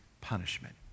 punishment